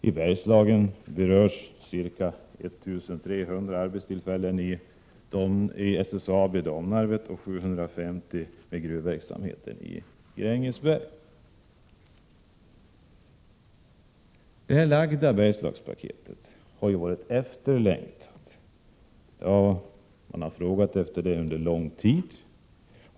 I Bergslagen berörs ca 1300 arbetstillfällen i Domnarvet och 750 vid gruvverksamheten i Grängesberg. Det nu framlagda Bergslagspaketet har varit efterlängtat — det har efterfrågats under lång tid.